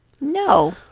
No